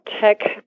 Tech